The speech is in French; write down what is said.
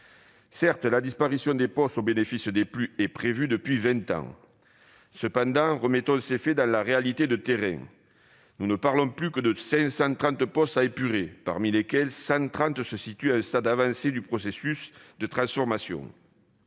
Certes, la disparition des POS au bénéfice des PLU est prévue depuis vingt ans. Cependant, remettons cela en perspective par rapport à la réalité du terrain : nous ne parlons plus que de 530 POS à épurer, parmi lesquels 130 se situent à un stade avancé du processus de transformation.